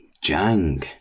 Jang